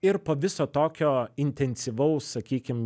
ir po viso tokio intensyvaus sakykim